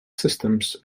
systems